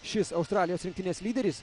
šis australijos rinktinės lyderis